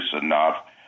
enough